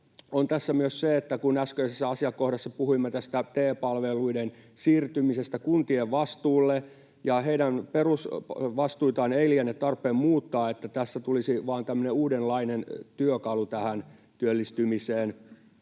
on tässä myös se, että kun äskeisessä asiakohdassa puhuimme tästä TE-palveluiden siirtymisestä kuntien vastuulle — ja heidän perusvastuitaan ei liene tarpeen muuttaa — että tässä tulisi vain tämmöinen uudenlainen työkalu työllistymiseen.